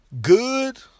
good